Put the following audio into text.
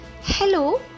Hello